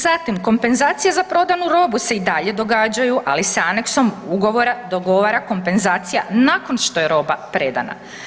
Zatim, kompenzacija za prodanu robu se i dalje događaju, ali se aneksom ugovora dogovara kompenzacija nakon što je roba predana.